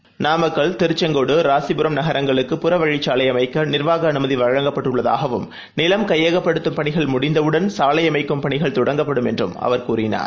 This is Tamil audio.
செகண்ட்ஸ் நாமக்கல் திருச்செங்கோடு ராசிபுரம் நகரங்களுக்கு புறவழிச்சாலைஅமைக்கநிர்வாகஅமைதிவழங்கப்பட்டுள்ளதாகவும் நிலம் கையகப்படுத்தும் பணிகள் முடிந்தவுடன் சாலைஅமைக்கும் பணிகள் தொடங்கப்படும் என்றும் அவர் கூறினார்